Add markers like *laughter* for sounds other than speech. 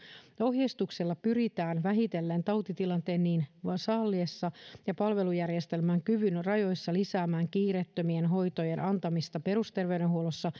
ohjeistuksella pyritään vähitellen tautitilanteen niin salliessa *unintelligible* *unintelligible* *unintelligible* ja palvelujärjestelmän kyvyn rajoissa lisäämään kiireettömien hoitojen antamista perusterveydenhuollossa *unintelligible*